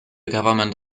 government